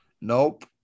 Nope